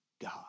God